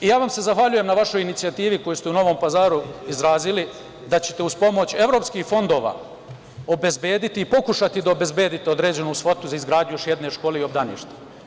Zahvaljujem vam se na vašoj inicijativi koju ste u Novom Pazaru izrazili, da ćete uz pomoć evropskih fondova obezbediti, pokušati da obezbedite određenu svotu za izgradnju još jedne škole i obdaništa.